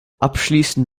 abschließend